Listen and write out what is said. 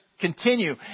continue